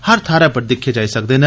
हर थाहरै पर दिक्खे जाई सकदे न